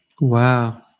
Wow